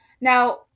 Now